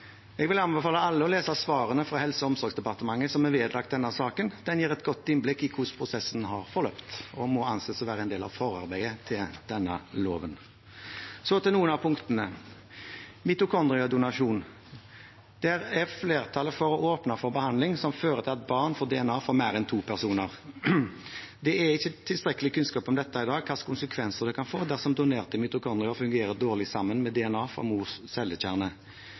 omsorgsdepartementet som er vedlagt denne saken. De gir et godt innblikk i hvordan prosessen har forløpt, og må anses å være en del av forarbeidet til denne loven. Så til noen av punktene, og først mitokondriedonasjon. Det er flertallet for å åpne for behandling som fører til at barn får DNA fra mer enn to personer. Det er ikke tilstrekkelig kunnskap om dette i dag, bl.a. hvilke konsekvenser det kan få dersom donerte mitokondrier fungerer dårlig sammen med DNA fra mors cellekjerne.